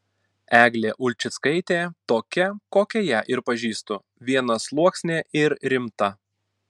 eglė ulčickaitė tokia kokią ją ir pažįstu vienasluoksnė ir rimta